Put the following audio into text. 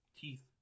teeth